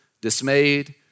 dismayed